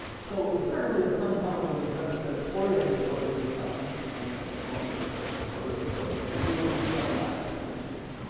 so it's certainly a sun tunnel in the sense that it's oriented towards the sun on the longest, shortest days of the year, the sunrise for each of them,